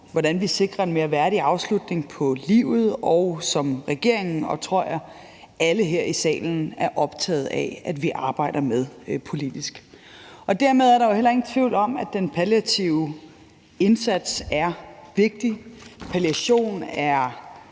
hvordan vi sikrer en mere værdig afslutning på livet, og som regeringen og alle her i salen, tror jeg, er optaget af vi arbejder med politisk. Dermed er der jo heller ingen tvivl om, at den palliative indsats er vigtig. Palliation er